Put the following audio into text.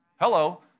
Hello